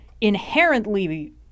inherently